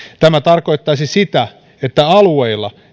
tämä tarkoittaisi sitä että alueilla